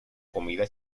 comida